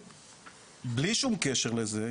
בלי שום קשר לזה,